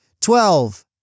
Twelve